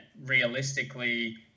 realistically